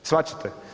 Shvaćate?